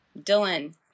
Dylan